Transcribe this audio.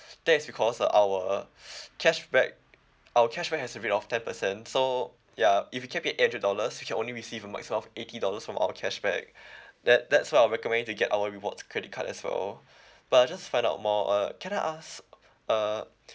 that is because uh our cashback our cashback has a rate of ten percent so ya if you keep it eight hundred dollars you can only receive a maximum of eighty dollars from our cashback that that's why I'll recommend you to get our rewards credit card as well but I'll just find out more uh can I ask uh